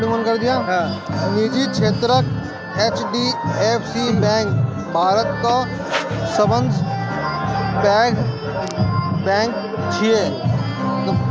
निजी क्षेत्रक HDFC bank भारतक सबसं पैघ बैंक छियै